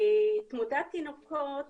תמותת תינוקות